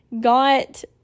got